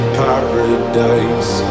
paradise